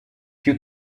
più